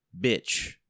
bitch